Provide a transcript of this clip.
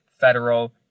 federal